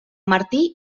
martí